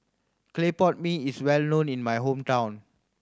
clay pot mee is well known in my hometown